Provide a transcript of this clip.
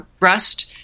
rust